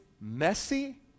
messy